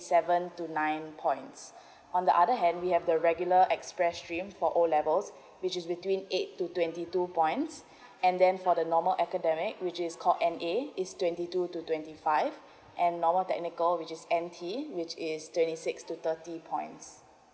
seven to nine points on the other hand we have the regular express stream for all levels which is between eight to twenty two points and then for the normal academic which is called N_A is twenty two to twenty five and normal technical which is N_T which is twenty six to thirty points